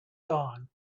dawn